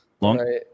long